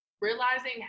realizing